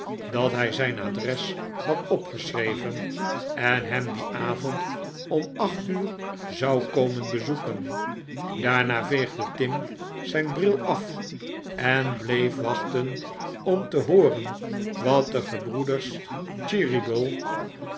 dat hij zijn adres had opgeschreven en hem dien avond om acht uur zou komen bezoeken daarna veegde tim zijn bril af en bleef wachten om te hooren wat de gebroeders